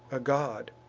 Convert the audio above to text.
a god,